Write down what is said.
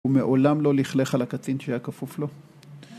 הוא מעולם לא לכלך על הקצין שהיה כפוף לו.